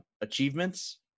achievements